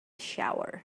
shower